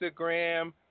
Instagram